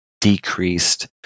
decreased